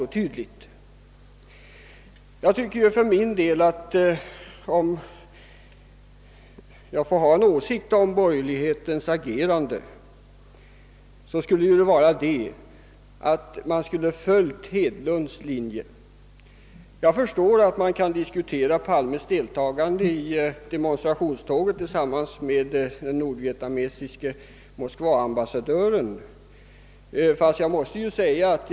Om jag får ha en åsikt om de borgerligas agerande anser jag att man skulle ha följt herr Hedlunds linje. Jag förstår att borgerligheten kan reagera inför att statsrådet Palme deltog i demonstrationståget tillsammans med den nordvietnamesiske moskvaambassadören vilket kan vara diskutabelt.